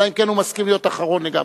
אלא אם כן הוא מסכים להיות אחרון לגמרי.